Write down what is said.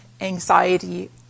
anxiety